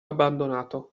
abbandonato